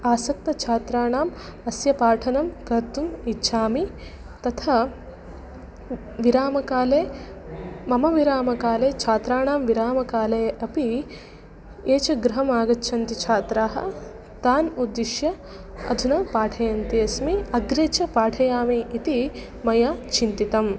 आसक्तछात्राणाम् अस्य पाठनं कर्तुम् इच्छामि तथा विरामकाले मम विरामकाले छात्राणां विरामकाले अपि ये च गृहमागच्छन्ति छात्राः तान् उद्दिश्य अधुना पाठयन्ती अस्मि अग्रे च पाठयामि इति मया चिन्तितम्